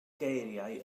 geiriau